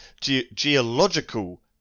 geological